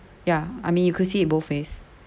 ya I mean you could see it both ways